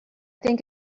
think